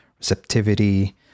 receptivity